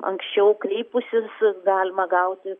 anksčiau kreipusis galima gauti